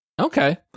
Okay